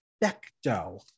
perfecto